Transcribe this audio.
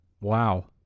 Wow